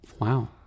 Wow